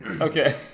Okay